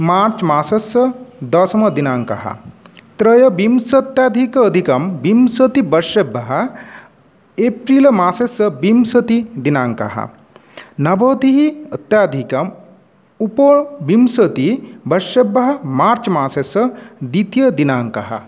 मार्च् मासस्स दशमदिनाङ्कः त्रयोविंशत्यधिक अधिकं विंशतिबर्षेभ्यः एप्रिल मासस्स विंशति दिनाङ्कः नवतिः अत्यधिकं उप विंशतिवर्षेभ्यः मार्च् मासस्स द्वितीयदिनाङ्कः